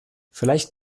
vielleicht